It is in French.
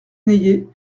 naillet